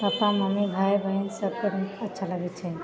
पपा mummy भाय बहिन सबके ही अच्छा लगै छै